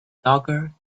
dagger